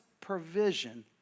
provision